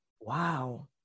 Wow